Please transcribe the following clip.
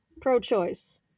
pro-choice